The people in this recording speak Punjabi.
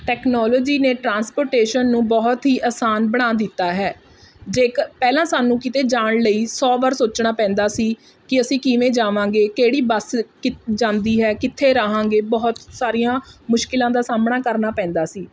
ਟੈਕਨੋਲੋਜੀ ਨੇ ਟਰਾਂਸਪੋਰਟੇਸ਼ਨ ਨੂੰ ਬਹੁਤ ਹੀ ਆਸਾਨ ਬਣਾ ਦਿੱਤਾ ਹੈ ਜੇਕਰ ਪਹਿਲਾਂ ਸਾਨੂੰ ਕਿਤੇ ਜਾਣ ਲਈ ਸੌ ਵਾਰ ਸੋਚਣਾ ਪੈਂਦਾ ਸੀ ਕਿ ਅਸੀਂ ਕਿਵੇਂ ਜਾਵਾਂਗੇ ਕਿਹੜੀ ਬੱਸ ਜਾਂਦੀ ਹੈ ਕਿੱਥੇ ਰਹਾਂਗੇ ਬਹੁਤ ਸਾਰੀਆਂ ਮੁਸ਼ਕਿਲਾਂ ਦਾ ਸਾਹਮਣਾ ਕਰਨਾ ਪੈਂਦਾ ਸੀ